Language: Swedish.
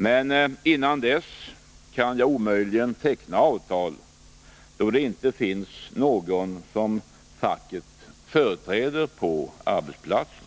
Men innan dess kan jag omöjligen teckna avtal, då det inte finns någon som facket företräder på arbetsplatsen.”